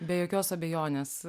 be jokios abejonės